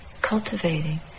cultivating